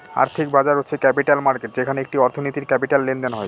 আর্থিক বাজার হচ্ছে ক্যাপিটাল মার্কেট যেখানে একটি অর্থনীতির ক্যাপিটাল লেনদেন হয়